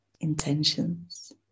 intentions